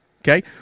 Okay